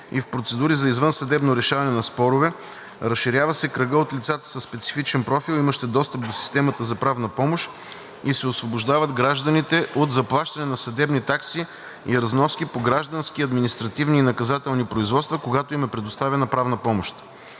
и в процедури за извънсъдебно решаване на спорове, разширява се кръгът от лицата със специфичен профил, имащи достъп до системата за правна помощ, и се освобождават гражданите от заплащане на съдебни такси и разноски по граждански, административни и наказателни производства, когато им е предоставена правна помощ.